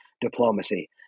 diplomacy